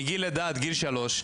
מגיל לידה ועד גיל שלוש,